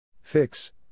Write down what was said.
Fix